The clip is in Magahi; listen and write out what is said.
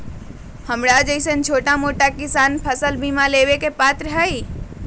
हमरा जैईसन छोटा मोटा किसान फसल बीमा लेबे के पात्र हई?